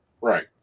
Right